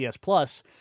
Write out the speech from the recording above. Plus